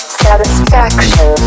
satisfaction